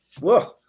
Whoa